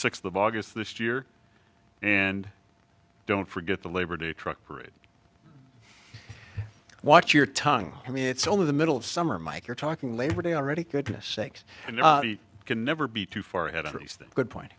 sixth of august this year and don't forget the labor day trucker it watch your tongue i mean it's only the middle of summer mike you're talking labor day already goodness sakes and you can never be too far ahead agrees that good point